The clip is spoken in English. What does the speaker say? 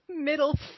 middle